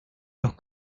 los